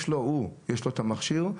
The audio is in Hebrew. יש לו את המכשיר,